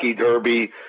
Derby